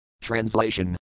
Translation